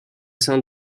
sein